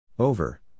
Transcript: Over